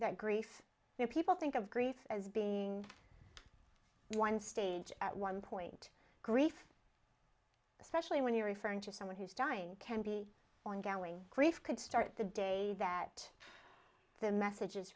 that grief here people think of grief as being one stage at one point grief especially when you're referring to someone whose dying can be ongoing grief could start the day that the message